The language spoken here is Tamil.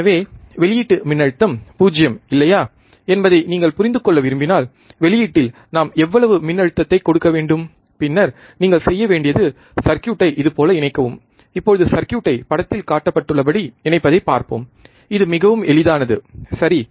எனவே வெளியீட்டு மின்னழுத்தம் 0 இல்லையா என்பதை நீங்கள் புரிந்து கொள்ள விரும்பினால் வெளியீட்டில் நாம் எவ்வளவு மின்னழுத்தத்தை கொடுக்க வேண்டும் பின்னர் நீங்கள் செய்ய வேண்டியது சர்க்யூட்டை இதுபோல இணைக்கவும் இப்போது சர்க்யூட்டை படத்தில் காட்டப்பட்டுள்ளபடி இணைப்பதைப் பார்ப்போம் இது மிகவும் எளிதானது சரி